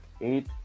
eight